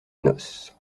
noce